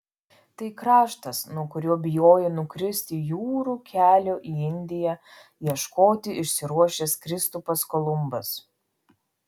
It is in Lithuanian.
tai kraštas nuo kurio bijojo nukristi jūrų kelio į indiją ieškoti išsiruošęs kristupas kolumbas